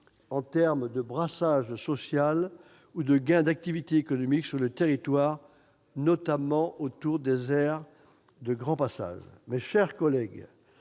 en termes de brassage social ou de gain d'activité économique sur le territoire, notamment autour des aires de grand passage. Mes chers collègues,